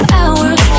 hours